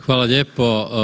Hvala lijepo.